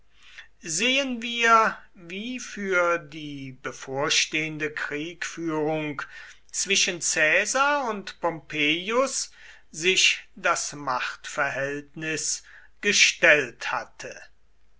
sehen wir wie für die bevorstehende kriegführung zwischen caesar und pompeius sich das machtverhältnis gestellt hatte